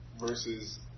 versus